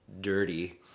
Dirty